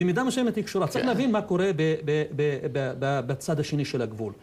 במידה מה שהאמת היא קשורה, צריך להבין מה קורה בצד השני של הגבול.